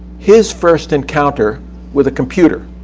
his first encounter with a computer.